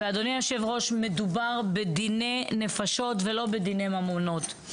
אדוני היושב הראש מדובר בדיני נפשות ולא בדיני ממונות.